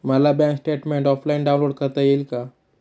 मला bank statement offline download करता येईल का?